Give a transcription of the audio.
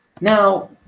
Now